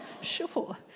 Sure